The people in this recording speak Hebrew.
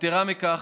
יתרה מזו,